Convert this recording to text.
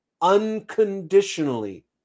unconditionally